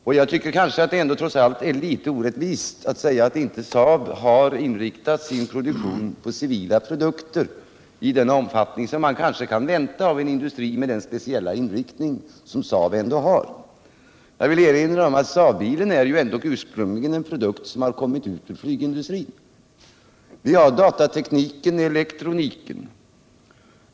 Och jag tycker trots allt att det är litet orättvist att säga att SAAB inte har inriktat sin produktion på civila produkter i den omfattning som man kan vänta sig av en industri med den speciella inriktning som SAAB har. Jag vill erinra om att SAAB-bilen är en produkt som ursprungligen kom fram ur flygindustrin. Vi har vidare datatekniken och elektroniken.